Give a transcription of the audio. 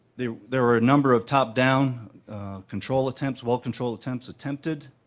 there there are a number of top down control attempts, well control attempts attempted,